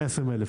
120 אלף.